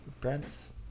Brent's